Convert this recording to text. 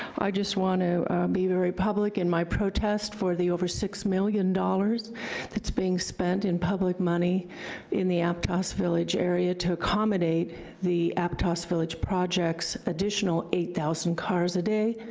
i just want to be very public in my protest for the over six million dollars that's being spent in public money in the aptos village area to accommodate the aptos village project's additional eight thousand cars a day,